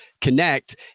Connect